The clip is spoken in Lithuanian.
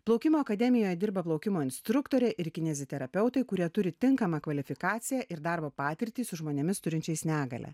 plaukimo akademijoj dirba plaukimo instruktoriai ir kineziterapeutai kurie turi tinkamą kvalifikaciją ir darbo patirtį su žmonėmis turinčiais negalią